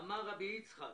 "אמר רבי יצחק: